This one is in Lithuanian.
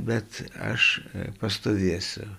bet aš pastovėsiu